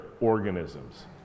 organisms